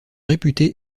réputées